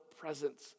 presence